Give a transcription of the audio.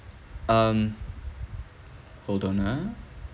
um hold on ah